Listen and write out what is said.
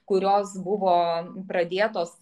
kurios buvo pradėtos